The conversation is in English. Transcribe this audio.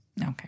okay